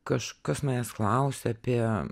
kažkas manęs klausė apie